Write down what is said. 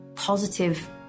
positive